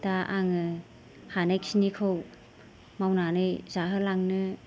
दा आङो हानायखिनिखौ मावनानै जाहोलांनो